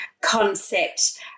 concept